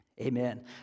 Amen